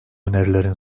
önerilerin